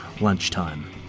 lunchtime